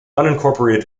unincorporated